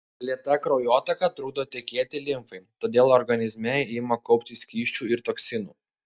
lėta kraujotaka trukdo tekėti limfai todėl organizme ima kauptis skysčių ir toksinų